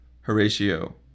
Horatio